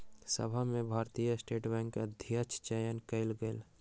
सभा में भारतीय स्टेट बैंकक अध्यक्षक चयन कयल गेल